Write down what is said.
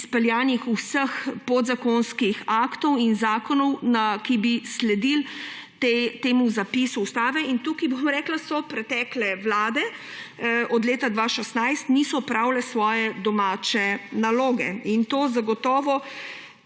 izpeljanih vseh podzakonskih aktov in zakonov, ki bi sledili temu zapisu v ustavi. Tukaj pretekle vlade od 2016 niso opravile svoje domače naloge in to zagotovo